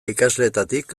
ikasleetatik